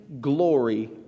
glory